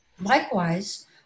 Likewise